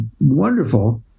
wonderful